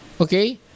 Okay